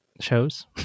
Shows